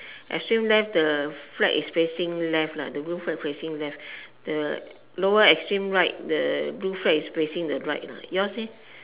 extreme left the flag is facing left lah the roof flag facing left the lower extreme right the blue flag is facing the right lah yours leh